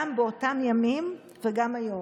גם באותם ימים וגם היום.